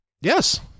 Yes